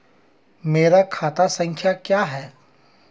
मेरा खाता संख्या क्या है?